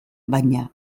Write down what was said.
baina